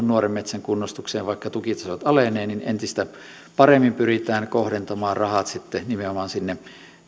nuoren metsän kunnostukseen vaikka tukitasot alenevat entistä paremmin pyritään kohdentamaan rahat sitten nimenomaan sinne